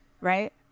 right